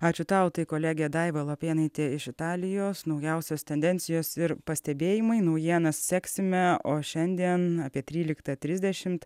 ačiū tau tai kolegė daiva lapėnaitė iš italijos naujausios tendencijos ir pastebėjimai naujienas seksime o šiandien apie tryliktą trisdešimt